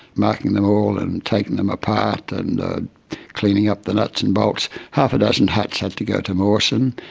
marking them all and taking them apart and cleaning up the nuts and bolts. half a dozen huts had to go to mawson,